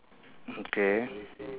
okay